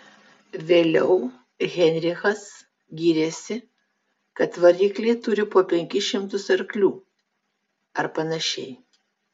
vėliau heinrichas gyrėsi kad varikliai turi po penkis šimtus arklių ar panašiai